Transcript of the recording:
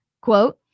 quote